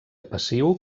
passiu